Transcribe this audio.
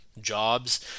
jobs